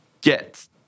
get